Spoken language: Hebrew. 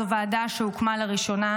זו ועדה שהוקמה לראשונה,